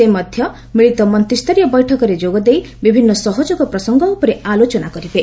ସେ ମଧ୍ୟ ମିଳିତ ମନ୍ତ୍ରିସ୍ତରୀୟ ବୈଠକରେ ଯୋଗଦେଇ ବିଭିନ୍ନ ସହଯୋଗ ପ୍ରସଙ୍ଗ ଉପରେ ଆଲୋଚନା କରିବେ